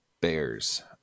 bears